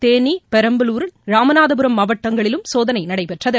தேனி பெரம்பலூர் இராமநாதபுரம் மாவட்டங்களிலும் சோதனை நடைபெற்றது